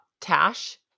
TASH